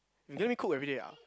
you don't even cook everyday ah